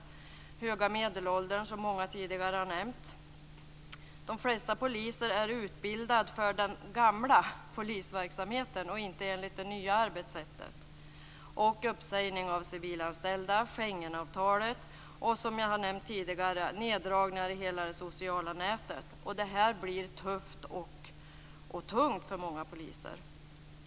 Den höga medelåldern inom poliskåren har många tidigare har nämnt. De flesta poliser är utbildade för den gamla polisverksamheten och inte för det nya arbetssättet. Jag kan även nämna uppsägning av civilanställda, Schengenavtalet och, som jag har nämnt tidigare, neddragningar av hela det sociala nätet. Detta gör det tufft och tungt för många poliser.